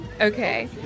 Okay